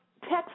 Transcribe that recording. Text